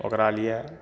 ओकरा लिए